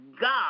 God